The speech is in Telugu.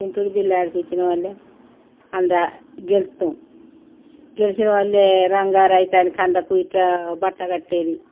కుంటుడు బిళ్ళ ఆడిపించిన వాళ్ళే అందులో గెలుస్తాము గెలిచే వాళ్ళే రొంగా రైటా అని కందకు ఇలా బట్ట కట్టేది